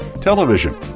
television